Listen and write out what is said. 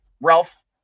Ralph